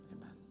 amen